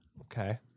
Okay